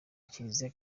kiliziya